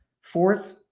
Fourth